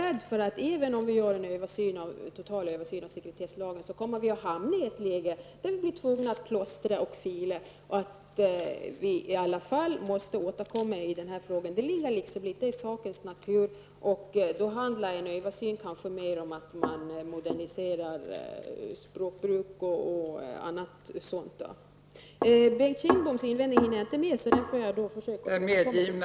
Även om vi gör en total översyn av sekretesslagen kommer vi, är jag rädd, att hamna i ett läge där vi blir tvungna att plåstra och fila och i alla fall måste återkomma i den här frågan; det ligger liksom i sakens natur. Bengt Kindboms invändning hinner jag inte med -- den får jag försöka återkomma till.